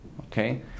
Okay